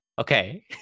Okay